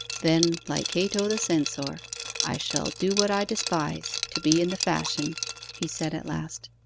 then, like cato the censor, i shall do what i despise, to be in the fashion he said at last.